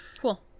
Cool